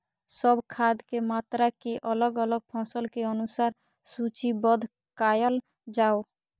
सब खाद के मात्रा के अलग अलग फसल के अनुसार सूचीबद्ध कायल जाओ?